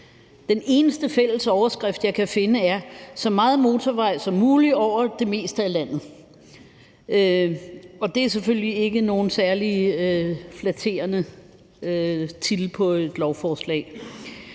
Den eneste fælles overskrift, jeg kan finde, er: Så meget motorvej som muligt over det meste af landet. Og det er selvfølgelig ikke nogen særlig flatterende titel på et lovforslag.